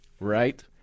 right